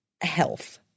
health